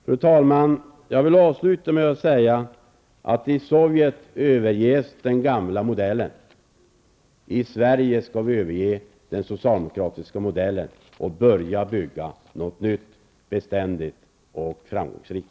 Fru talman! Jag vill avsluta med att säga att den gamla modellen överges i Sovjet, i Sverige skall vi överge den socialdemokratiska modellen och börja bygga något nytt som är beständigt och framgångsrikt.